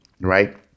Right